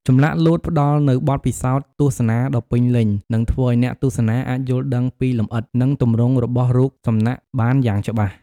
ចម្លាក់លោតផ្ដល់នូវបទពិសោធន៍ទស្សនាដ៏ពេញលេញ និងធ្វើឲ្យអ្នកទស្សនាអាចយល់ដឹងពីលម្អិត និងទម្រង់របស់រូបសំណាកបានយ៉ាងច្បាស់។